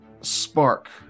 spark